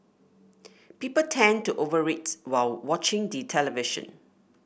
people tend to over eat while watching the television